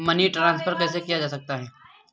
Money transfer कैसे किया जा सकता है?